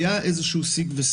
זה לא היה רוב גדול.